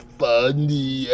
funny